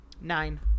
Nine